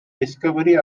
discovery